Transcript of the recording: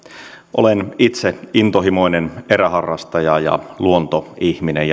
olen itse intohimoinen eräharrastaja ja luontoihminen